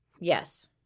Yes